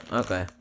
okay